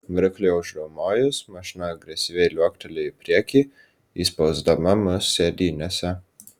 varikliui užriaumojus mašina agresyviai liuoktelėjo į priekį įspausdama mus sėdynėse